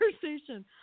conversation